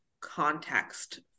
context